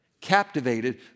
captivated